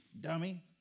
dummy